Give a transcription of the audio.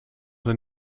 een